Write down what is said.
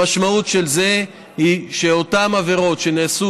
המשמעות של זה היא שאותן עבירות שנעשו